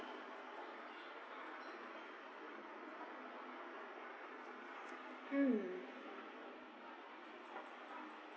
mm